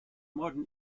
modern